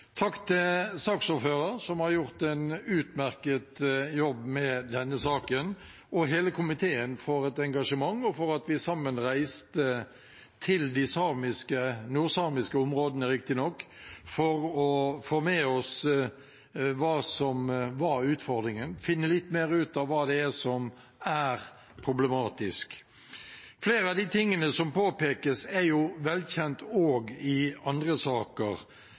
Takk til saksordføreren, som har gjort en utmerket jobb med denne saken, og til hele komiteen for engasjementet, og for at vi sammen reiste til de samiske områdene, de nordsamiske riktignok, for å få med oss hva som var utfordringen, finne litt mer ut av hva det er som er problematisk. Flere av de tingene som påpekes, er velkjent også i andre saker.